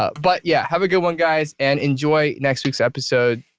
but yeah, have a good one guys, and enjoy next week's episode.